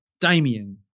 Damien